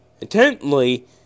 intently